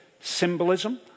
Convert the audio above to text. symbolism